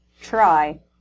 try